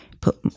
put